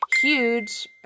huge